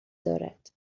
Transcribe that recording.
دارد